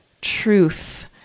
truth